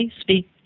speak